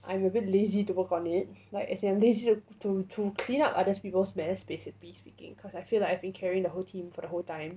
I'm a bit lazy to work on it like you to to clean up others people's mess basically speaking cause I feel like I'm carrying the whole team for the whole time